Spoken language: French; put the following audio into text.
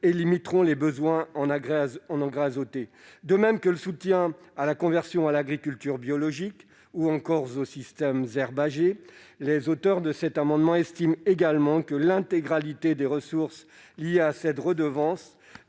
et limiter les besoins en engrais azotés. De même, il faudra renforcer le soutien à la conversion à l'agriculture biologique ou encore aux systèmes herbagers. Les auteurs de cet amendement estiment également que les ressources liées à cette redevance